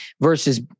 versus